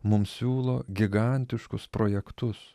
mums siūlo gigantiškus projektus